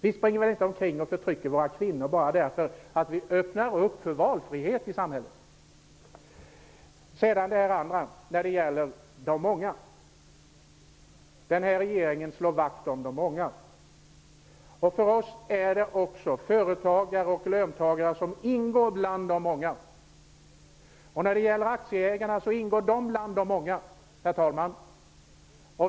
Vi springer inte omkring och förtrycker våra kvinnor bara för att vi öppnar för valfrihet i samhället. Den här regeringen slår vakt om de många. För oss ingår också företagare och löntagare bland de många. Även aktieägarna ingår bland de många.